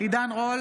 עידן רול,